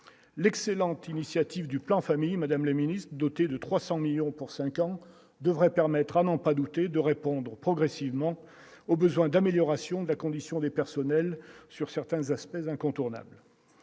l'excellente initiative du plan famille madame la ministre, doté de 300 millions pour 5 ans devrait permettre à n'en pas douter de répondre progressivement au besoin d'amélioration de la condition des personnels sur certains aspects incontournables